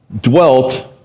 Dwelt